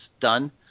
done